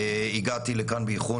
הגעתי לכאן באיחור,